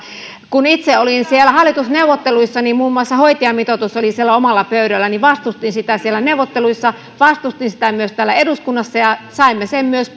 kun itse olin siellä hallitusneuvotteluissa niin muun muassa hoitajamitoitus oli siellä omalla pöydälläni vastustin sitä siellä neuvotteluissa vastustin sitä myös täällä eduskunnassa ja saimme sen myös